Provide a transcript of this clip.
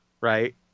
Right